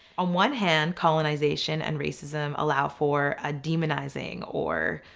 on one hand colonization and racism allow for a demonizing or